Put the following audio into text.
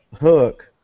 hook